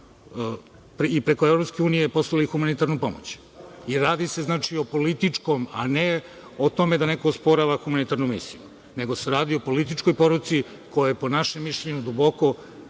i preko EU poslali humanitarnu pomoć? Radi se, znači, o političkom, a ne o tome da neko osporava humanitarnu misiju, nego se radi političkoj poruci koja je, po našem mišljenju, duboko